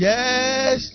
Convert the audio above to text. Yes